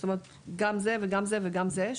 זאת אומרת גם זה וגם זה וגם זה.